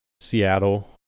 Seattle